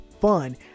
fun